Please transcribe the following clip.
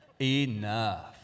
enough